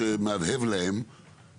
והם יקבלו תשובה.